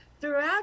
throughout